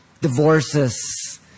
divorces